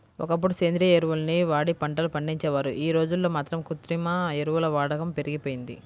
ఒకప్పుడు సేంద్రియ ఎరువుల్ని వాడి పంటలు పండించేవారు, యీ రోజుల్లో మాత్రం కృత్రిమ ఎరువుల వాడకం పెరిగిపోయింది